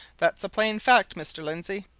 that's a plain fact, mr. lindsey!